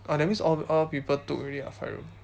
oh that means all all people took already ah five room